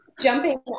jumping